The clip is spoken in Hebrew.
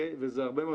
וזה הרבה מאוד.